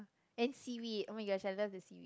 and seaweed oh-my-gosh I love the seaweed